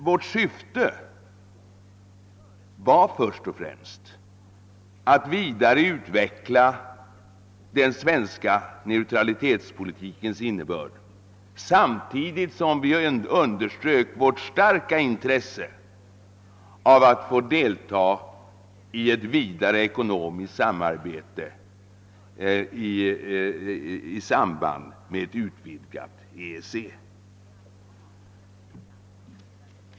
Vårt syfte var först och främst att vidareutveckla den svenska neutralitetspolitikens innebörd, samtidigt som vi underströk vårt starka intresse av att få delta i ett vidare ekonomiskt samarbete inom ett utvidgat EEC.